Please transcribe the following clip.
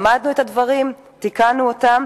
למדנו את הדברים, תיקנו אותם.